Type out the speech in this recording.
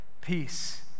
peace